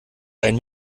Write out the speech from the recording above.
ein